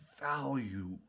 value